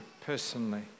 personally